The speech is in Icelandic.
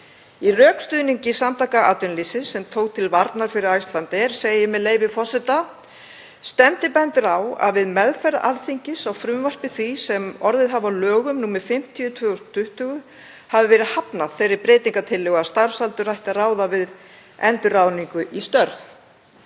Í rökstuðningi Samtaka atvinnulífsins, sem tók til varnar fyrir Icelandair, segir, með leyfi forseta: „Stefndi bendir á að við meðferð Alþingis á frumvarpi því sem orðið hafi að lögum nr. 50/2020 hafi verið hafnað þeirri breytingartillögu að starfsaldur ætti að ráða við endurráðningu í störf.“